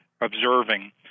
observing